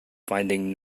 finding